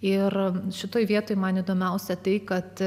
ir šitoje vietoj man įdomiausia tai kad